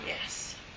yes